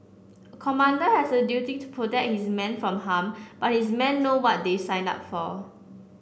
commander has a duty to protect his men from harm but his men know what they signed up for